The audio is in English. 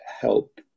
help